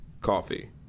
Coffee